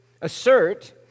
assert